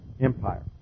empire